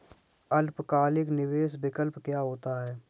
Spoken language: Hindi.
अल्पकालिक निवेश विकल्प क्या होता है?